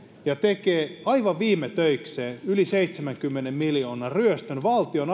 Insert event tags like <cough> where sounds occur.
ja tekee aivan viime töikseen yli seitsemänkymmenen miljoonan ryöstön valtion <unintelligible>